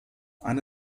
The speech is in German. eine